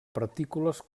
partícules